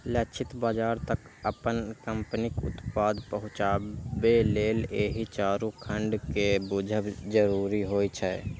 लक्षित बाजार तक अपन कंपनीक उत्पाद पहुंचाबे लेल एहि चारू खंड कें बूझब जरूरी होइ छै